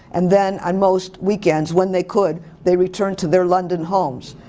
and then on most weekends when they could, they returned to their london homes.